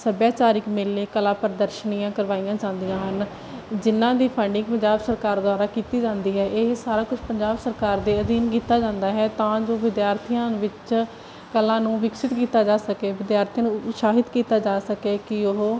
ਸੱਭਿਆਚਾਰਕ ਮੇਲੇ ਕਲਾ ਪ੍ਰਦਰਸ਼ਨੀ ਕਰਵਾਈਆਂ ਜਾਂਦੀਆਂ ਹਨ ਜਿਹਨਾਂ ਦੀ ਫੰਡਿੰਗ ਪੰਜਾਬ ਸਰਕਾਰ ਦੁਆਰਾ ਕੀਤੀ ਜਾਂਦੀ ਹੈ ਇਹ ਸਾਰਾ ਕੁਝ ਪੰਜਾਬ ਸਰਕਾਰ ਦੇ ਅਧੀਨ ਕੀਤਾ ਜਾਂਦਾ ਹੈ ਤਾਂ ਜੋ ਵਿਦਿਆਰਥੀਆਂ ਵਿੱਚ ਕਲਾ ਨੂੰ ਵਿਕਸਿਤ ਕੀਤਾ ਜਾ ਸਕੇ ਵਿਦਿਆਰਥੀਆਂ ਨੂੰ ਉਤਸਾਹਿਤ ਕੀਤਾ ਜਾ ਸਕੇ ਕਿ ਉਹ